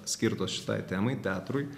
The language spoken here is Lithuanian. skirtos šitai temai teatrui